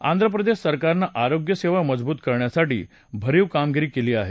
आंध्रप्रदेश सरकारनं आरोग्य सेवा मजबूत करण्यासाठी भरीव कामगिरी केली आहे